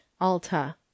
Alta